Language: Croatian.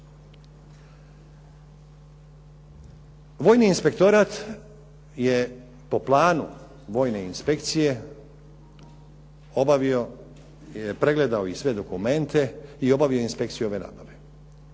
Vojni inspektorat je po planu vojne inspekcije obavio, pregledao i sve dokumente i obavio inspekciju ove nabave